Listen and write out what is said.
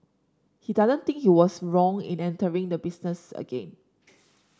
he doesn't think he was wrong in entering the business again